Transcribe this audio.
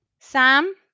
Sam